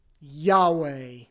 Yahweh